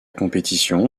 compétition